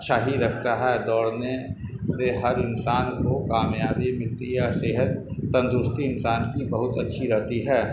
اچھا ہی رکھتا ہے دوڑنے سے ہر انسان کو کامیابی ملتی ہے صحت تندرستی انسان کی بہت اچھی رہتی ہے